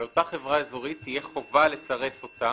על אותה חברה אזורית תהיה חובה לצרף אותה,